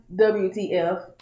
WTF